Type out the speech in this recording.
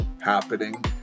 happening